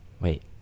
wait